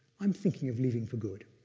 i'm thinking of leaving for good.